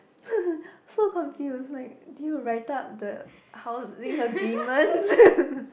so confused like do you write out the housing agreement